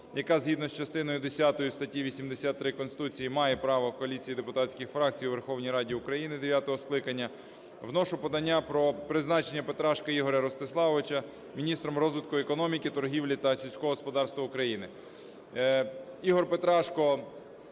яка згідно з частиною десятою статті 83 Конституції має право коаліції депутатських фракцій у Верховній Раді України дев'ятого скликання, вношу подання про призначення Петрашка Ігоря Ростиславовича міністром розвитку економіки, торгівлі та сільського господарства України.